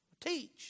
teach